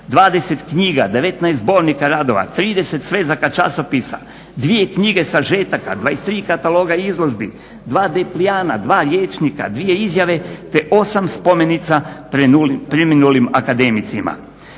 20 knjiga, 19 zbornika radova, 30 svezaka časopisa, 2 knjige sažetaka, 23 kataloga izložbi, 2 deplijana, 2 liječnika, 2 izjave te 8 spomenica preminulim akademicima.